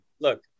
Look